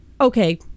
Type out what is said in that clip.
okay